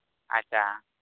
ᱟᱪᱪᱷᱟ